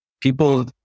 People